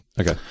Okay